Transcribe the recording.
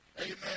Amen